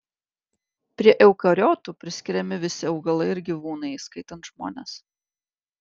prie eukariotų priskiriami visi augalai ir gyvūnai įskaitant žmones